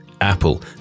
Apple